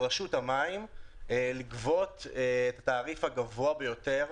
רשות המים לגבות את התעריף הגבוה ביותר,